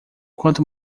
quanto